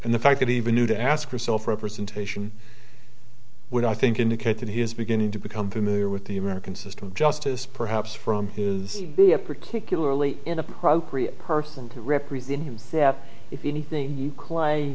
and the fact that he even knew to ask yourself representation would i think indicate that he is beginning to become familiar with the american system of justice perhaps from his be a particularly in appropriate person to represent him that if anything you cla